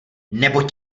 nebo